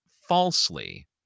falsely